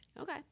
Okay